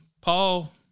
Paul